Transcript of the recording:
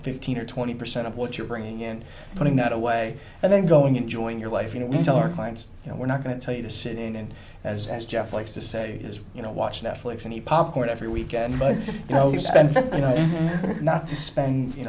fifteen or twenty percent of what you're bringing in putting that away and then going enjoying your life you know we tell our clients you know we're not going to tell you to sit in and as as jeff likes to say as you know watch netflix and the popcorn every weekend but you know you spend you